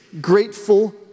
grateful